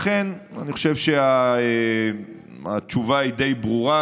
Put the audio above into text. לכן אני חושב שהתשובה היא די ברורה,